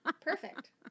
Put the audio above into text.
Perfect